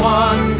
one